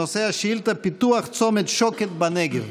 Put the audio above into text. נושא השאילתה: פיתוח צומת שוקת בנגב.